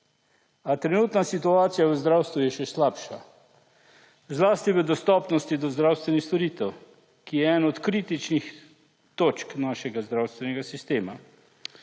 A trenutna situacija v zdravstvu je še slabša, zlasti v dostopnosti do zdravstvenih storitev, ki je ena od kritičnih točk našega zdravstvenega sistema.